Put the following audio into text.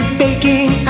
baking